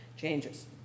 changes